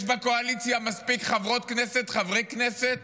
יש בקואליציה מספיק חברות כנסת וחברי כנסת